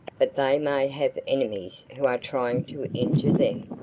but they may have enemies who are trying to injure them.